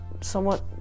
somewhat